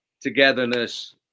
togetherness